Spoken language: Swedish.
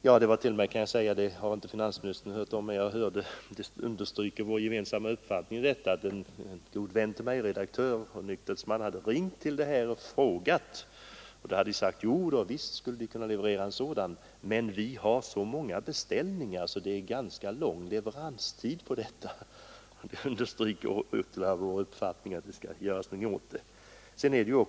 Jag kan också nämna något som understryker finansministerns och min gemensamma uppfattning, nämligen att en god vän till mig, redaktör och nykterhetsman, själv har ringt upp en leverantör av sådana apparater och fått beskedet att denne visst skulle kunna leverera en sådan men att 161 beställningarna var så många att leveranstiden var ganska lång. Det bekräftar ytterligare vår uppfattning att något bör göras åt detta.